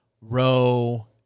row